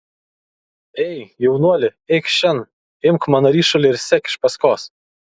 ei jaunuoli eikš šen imk mano ryšulį ir sek iš paskos